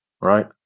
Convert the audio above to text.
right